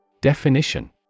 Definition